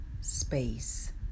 space